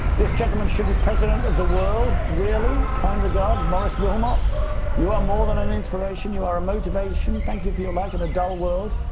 this gentleman should be president of the world. really. kind regards, boris wilmotte. you are more than an inspiration, you are a motivation. thank you for your light in a dull world.